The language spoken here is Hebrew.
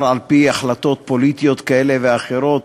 על-פי החלטות פוליטיות כאלה ואחרות,